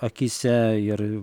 akyse ir